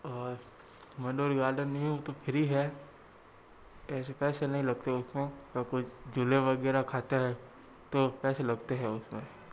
और मंडोर गार्डन नहीं वह तो फ़्री है ऐसे पैसे नहीं लगते उसमें और कुछ झूले वगैरह खाता है तो पैसे लगते हैं उसमें